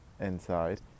inside